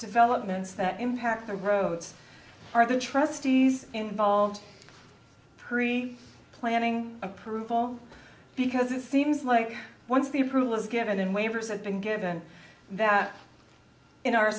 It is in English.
developments that impact the roads are the trustees involved pre planning approval because it seems like once the proof was given in waivers and been given that in our